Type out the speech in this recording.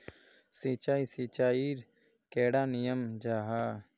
सिंचाई सिंचाईर कैडा नियम जाहा?